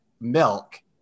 milk